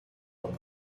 nos